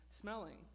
smelling